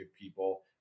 people